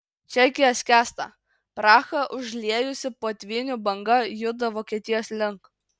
čekija skęsta prahą užliejusi potvynių banga juda vokietijos link